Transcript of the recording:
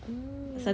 oh